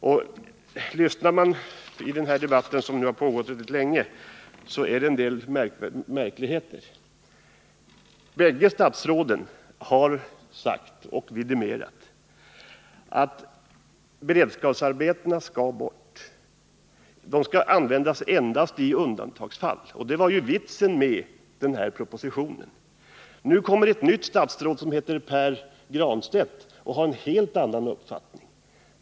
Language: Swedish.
Det har förekommit en del märkligheter i denna debatt, som nu har pågått mycket länge. Bägge statsråden har vidimerat att beredskapsarbetena i fortsättningen endast skall användas i undantagsfall — och det var ju det som propositionen syftade till. Men sedan kommer ett nytt ”statsråd” vid namn Pär Granstedt och framför en helt annan uppfattning.